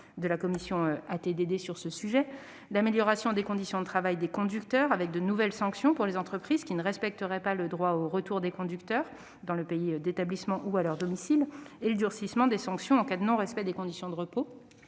sur le sujet. Je pense aussi à l'amélioration des conditions de travail des conducteurs, avec de nouvelles sanctions pour les entreprises qui ne respecteraient pas le droit au retour des conducteurs dans le pays d'établissement ou à leur domicile et le durcissement des sanctions en cas de non-respect des conditions de repos.